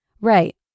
Right